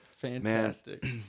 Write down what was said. fantastic